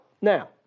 Now